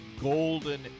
golden